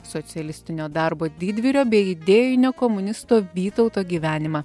socialistinio darbo didvyrio bei idėjinio komunisto vytauto gyvenimą